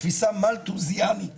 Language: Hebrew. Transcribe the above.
תפיסה מלטוזיאנית